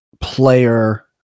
player